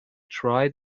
tried